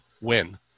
win